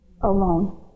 alone